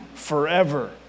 forever